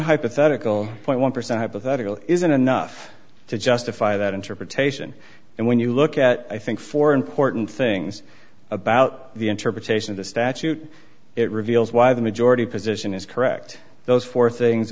hypothetical point one percent hypothetical isn't enough to justify that interpretation and when you look at i think for important things about the interpretation of the statute it reveals why the majority position is correct those four things